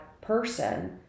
person